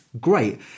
great